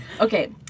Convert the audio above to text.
Okay